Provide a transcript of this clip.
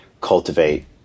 cultivate